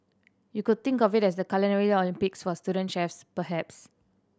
you could think of it as the Culinary Olympics for student chefs perhaps